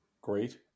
Great